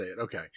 Okay